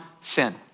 sin